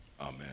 amen